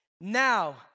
now